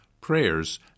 prayers